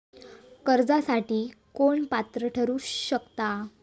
कर्जासाठी कोण पात्र ठरु शकता?